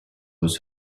was